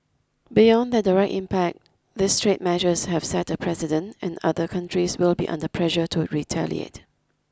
beyond their direct impact these trade measures have set a precedent and other countries will be under pressure to retaliate